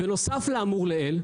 בנוסף לאמור לעיל,